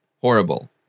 horrible